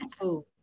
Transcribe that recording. food